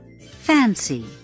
Fancy